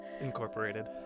incorporated